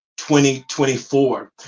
2024